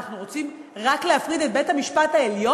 אנחנו רוצים רק להפריד את בית-המשפט העליון?